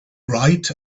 bright